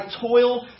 toil